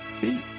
see